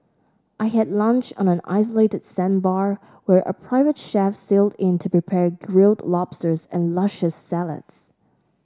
I had lunch on an isolated sandbar where a private chef sailed in to prepare grilled lobsters and luscious salads